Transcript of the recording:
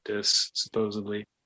supposedly